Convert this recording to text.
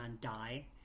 die